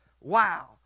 Wow